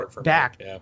back